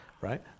right